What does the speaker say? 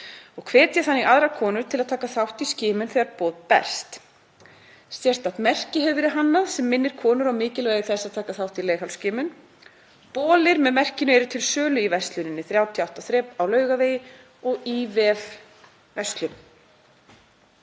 og hvetja þannig aðrar konur til að taka þátt í skimun þegar boð berst. Sérstakt merki hefur verið hannað sem minnir konur á mikilvægi þess að taka þátt í leghálsskimun. Bolir með merkinu eru til sölu í versluninni 38 þrep á Laugavegi og í vefverslun.“